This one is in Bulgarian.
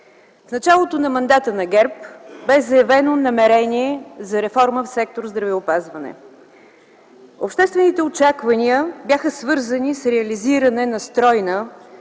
В началото на мандата на ГЕРБ бе заявено намерение за реформа в сектор „Здравеопазване”. Обществените очаквания бяха свързани с реализиране на стройна,